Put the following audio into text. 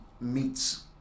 meets